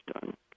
done